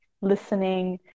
listening